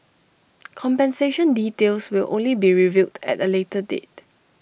compensation details will only be revealed at A later date